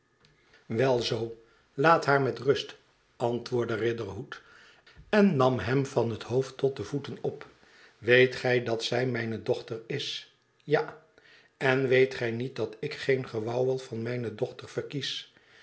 wel zoo laat haar met rust antwoordde riderhood en nam hem van het hoofd tot de voeten op weet gij dat zij mijne dochter is ja en weet gij niet dat ik geen gewauwel van mijne dochter verkies